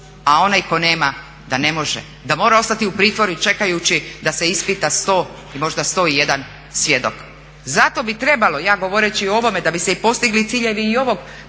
a onaj tko nema da ne može, da mora ostati u pritvoru čekajući da se ispita 100 i možda 101 svjedok. Zato bi trebalo, ja govoreći o ovome, da bi se postigli ciljevi i ovog